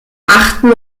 achten